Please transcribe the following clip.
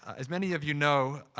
as many of you know,